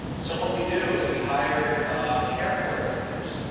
so what we do is we hired care coordinators,